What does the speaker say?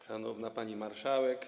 Szanowna Pani Marszałek!